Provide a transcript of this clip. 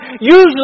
usually